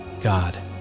God